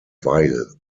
weil